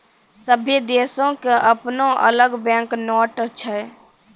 सभ्भे देशो के अपनो अलग बैंक नोट छै